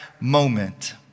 moment